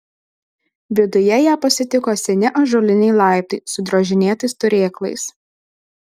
viduje ją pasitiko seni ąžuoliniai laiptai su drožinėtais turėklais